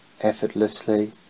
effortlessly